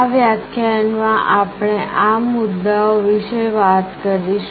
આ વ્યાખ્યાનમાં આપણે આ મુદ્દાઓ વિષે વાત કરીશું